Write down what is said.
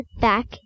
back